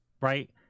right